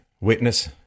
witness